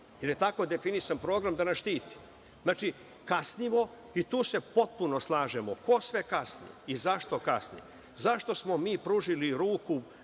je tako definisan program da nas štiti. Znači, kasnimo i tu se potpuno slažemo. Ko sve kasni i zašto kasni? Zašto smo mi pružili ruku